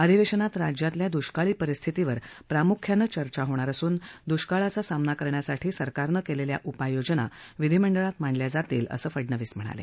अधिक्ष्मात राज्यातल्या दुष्काळी परिस्थितीवर प्रामुख्यानं चर्चा होणार असून दुष्काळाचा सामना करण्यासाठी सरकारनं क्विखा उपाययोजना विधीमंडळात मांडल्या जातील असं फडनवीस यांनी सांगितलं